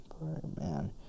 man